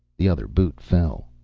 the other boot fell.